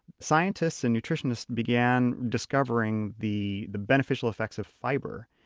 scientists and nutritionists began discovering the the beneficial effects of fiber,